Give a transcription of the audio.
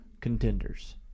contenders